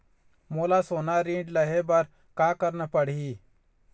मोला सोना ऋण लहे बर का करना पड़ही?